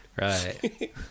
Right